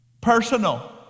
personal